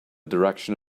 direction